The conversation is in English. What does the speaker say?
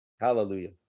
Hallelujah